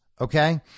Okay